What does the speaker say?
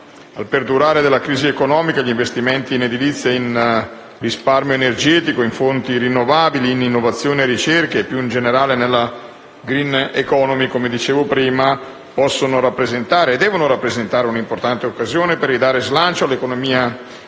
al perdurare della crisi economica, gli investimenti in edilizia, in risparmio energetico, in fonti rinnovabili, in innovazione e ricerca e, più in generale, nella *green economy* possono e devono rappresentare un'importante occasione per ridare slancio all'economia italiana,